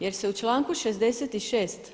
Jer se u članku 66.